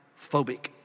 phobic